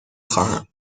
خواهم